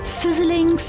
sizzling